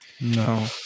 no